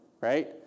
right